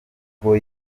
ubwo